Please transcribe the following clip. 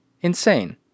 insane